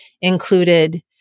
included